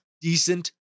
decent